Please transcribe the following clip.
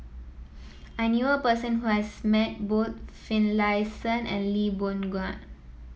I knew a person who has met both Finlayson and Lee Boon Ngan